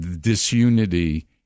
disunity